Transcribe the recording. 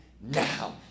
now